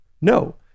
No